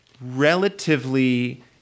relatively